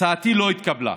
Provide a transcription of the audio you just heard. הצעתי לא התקבלה,